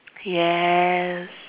yes